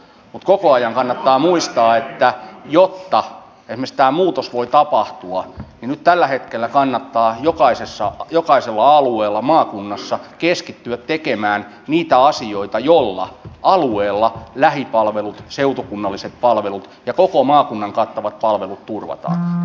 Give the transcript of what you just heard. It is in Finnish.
mutta koko ajan kannattaa muistaa että jotta esimerkiksi tämä muutos voi tapahtua niin nyt tällä hetkellä kannattaa jokaisella alueella maakunnassa keskittyä tekemään niitä asioita joilla sillä alueella lähipalvelut seutukunnalliset palvelut ja koko maakunnan kattavat palvelut turvataan